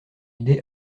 idée